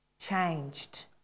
changed